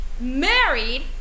married